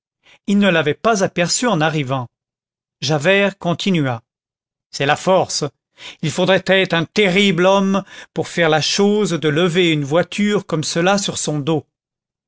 il ne l'avait pas aperçu en arrivant javert continua c'est la force il faudrait être un terrible homme pour faire la chose de lever une voiture comme cela sur son dos